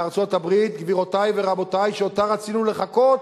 בארצות-הברית, גבירותי ורבותי, שאותה רצינו לחקות,